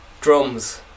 drums